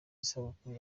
isabukuru